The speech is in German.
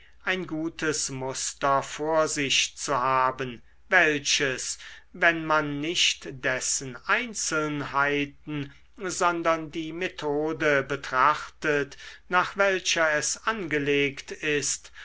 ein gutes muster vor sich zu haben welches wenn man nicht dessen einzelnheiten sondern die methode betrachtet nach welcher es angelegt ist